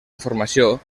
informació